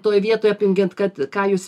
toj vietoje apjungiant kad ką jūs